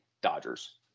Dodgers